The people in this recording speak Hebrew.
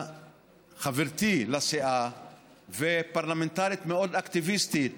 חברתי לסיעה ופרלמנטרית מאוד אקטיביסטית